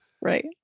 Right